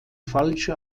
falsche